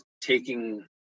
taking